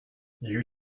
you